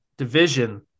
division